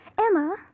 Emma